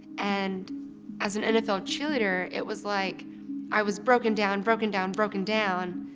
and as an nfl cheerleader, it was like i was broken down, broken down, broken down,